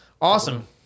Awesome